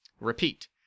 Repeat